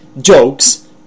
jokes